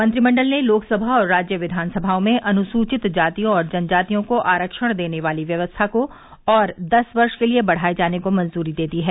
मंत्रिमण्डल ने लोकसभा और राज्य विधानसभाओं में अनुसूचित जातियों और जनजातियों को आरक्षण देने वाली व्यवस्था को और दस वर्ष के लिए बढ़ाए जाने को मंजूरी दे दी है